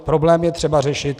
Problém je třeba řešit.